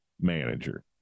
manager